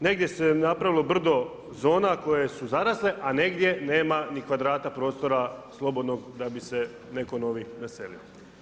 Negdje se je napravilo brdo zona koje su zarasle, a negdje nema ni kvadrata prostora slobodnog, da bi se netko novi preselio.